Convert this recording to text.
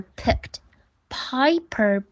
picked，piper